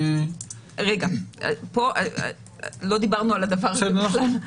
לא דיברנו על הדבר הזה בכלל,